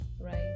right